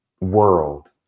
world